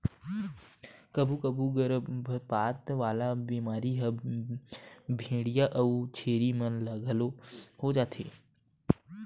कभू कभू गरभपात वाला बेमारी ह भेंड़िया अउ छेरी मन ल घलो हो जाथे